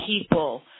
people